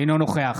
אינו נוכח